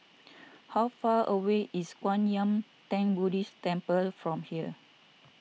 how far away is Kwan Yam theng Buddhist Temple from here